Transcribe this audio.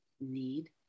need